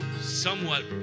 somewhat